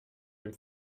dem